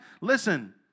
Listen